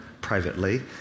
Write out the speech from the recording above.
privately